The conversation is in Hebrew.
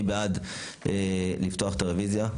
מי בעד לפתוח את הרוויזיה?